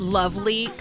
lovely